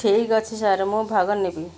ଠିକ୍ ଅଛି ସାର୍ ମୁଁ ଭାଗ ନେବି